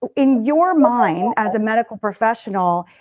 in your mind, as a medical professional,